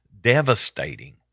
devastating